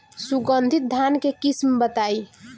सुगंधित धान के किस्म बताई?